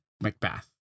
Macbeth